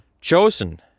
chosen